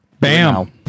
Bam